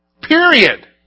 Period